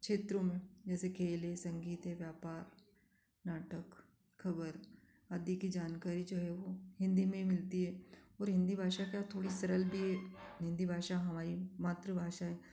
क्षेत्र में जैसे खेल हैं संगीत हैं व्याप नाटक खबर आदि की जानकारी जो है हिंदी मैं ही मिलती है और हिंदी भाषा का जो सरल हिंदी भाषा हमारी मातृ भाषा